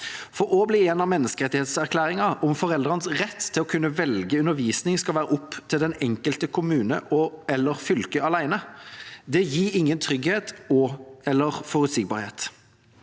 blir det igjen av menneskerettighetserklæringen om foreldrenes rett til å kunne velge undervisning skal være opp til den enkelte kommune eller det enkelte fylke alene? Det gir ingen trygghet eller forutsigbarhet.